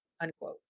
unquote